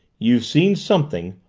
you've seen something!